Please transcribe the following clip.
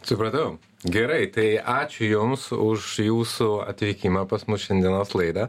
supratau gerai tai ačiū jums už jūsų atvykimą pas mus į šiandienos laidą